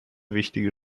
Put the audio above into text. wichtige